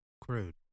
crude